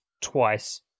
twice